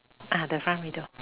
ah the front window